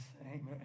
Amen